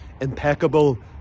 impeccable